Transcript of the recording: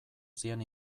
zien